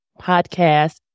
podcast